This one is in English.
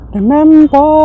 Remember